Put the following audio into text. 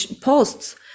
posts